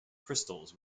crystals